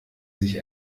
sich